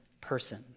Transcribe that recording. person